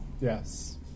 Yes